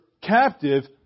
captive